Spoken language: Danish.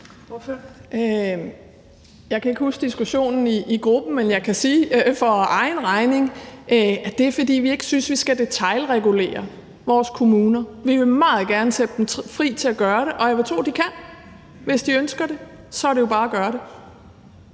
Jeg kan ikke huske diskussionen i gruppen, men jeg kan sige for egen regning, at det er, fordi vi ikke synes, at vi skal detailregulere vores kommuner. Vi vil meget gerne sætte dem fri til at gøre det, og jeg vil tro at de kan, hvis de ønsker det, og så er det jo bare at gøre det.